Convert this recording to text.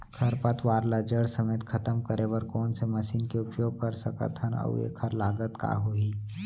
खरपतवार ला जड़ समेत खतम करे बर कोन से मशीन के उपयोग कर सकत हन अऊ एखर लागत का होही?